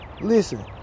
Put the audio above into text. listen